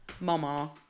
Mama